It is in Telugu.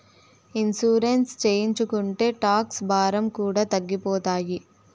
ఇన్సూరెన్స్ చేయించుకుంటే టాక్స్ భారం కూడా తగ్గిపోతాయి